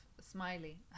smiley